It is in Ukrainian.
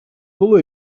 було